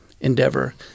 endeavor